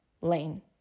lane